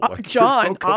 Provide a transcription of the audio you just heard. John